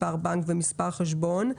מספר בנק ומספר חשבון.